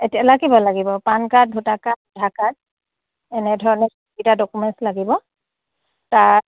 এতিয়া লাগিব লাগিব PAN card voter card Aadhaar card এনেধৰণে সেইকেইটা ডকুমেণ্টছ লাগিব তাৰ